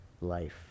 life